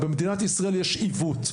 במדינת ישראל יש עיוות.